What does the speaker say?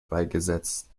beigesetzt